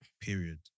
Period